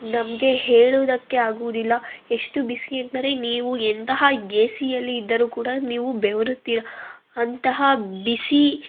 ನಮಗೆ ಹೇಳುವುದಕ್ಕೆ ಆಗುವುದಿಲ್ಲ ಎಷ್ಟು ಬಿಸಿ ಅಂದರೆ ನೀವು ಎಂತಹ ಏ ಸಿಯಲ್ಲಿ ಇದ್ದರು ಕೂಡ ನೀವು ಬೆವರುತ್ತೀರ ಅಂತಹ ಬಿಸಿ